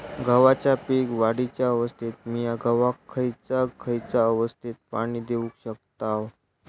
गव्हाच्या पीक वाढीच्या अवस्थेत मिया गव्हाक खैयचा खैयचा अवस्थेत पाणी देउक शकताव?